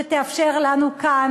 שתאפשר לנו כאן,